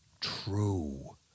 true